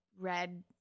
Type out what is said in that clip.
red